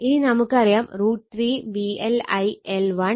ഇനി നമുക്കറിയാം √ 3 VL IL1 cos 1 P1